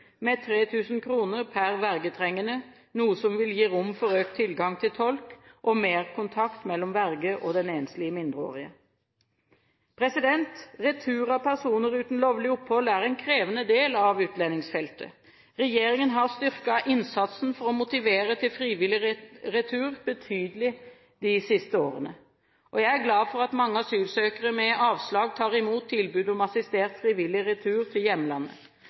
med 3 000 kr per vergetrengende, noe som vil gi rom for økt tilgang til tolk og mer kontakt mellom verge og den enslige mindreårige. Retur av personer uten lovlig opphold er en krevende del av utlendingsfeltet. Regjeringen har styrket innsatsen for å motivere til frivillig retur betydelig de siste årene. Jeg er glad for at mange asylsøkere med avslag tar imot tilbud om assistert frivillig retur til hjemlandet.